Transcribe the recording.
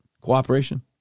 cooperation